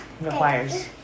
requires